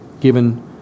Given